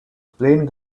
plane